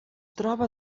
troba